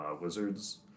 Wizards